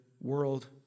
world